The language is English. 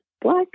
black